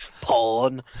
porn